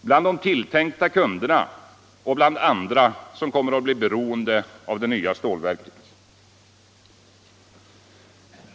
bland de tilltänkta kunderna och bland andra som kommer att bli beroende av det nya stålverket.